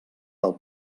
del